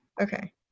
Okay